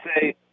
say